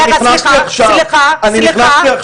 רגע, סליחה, סליחה, סליחה.